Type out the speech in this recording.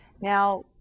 Now